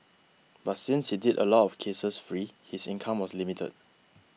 but since he did a lot of cases free his income was limited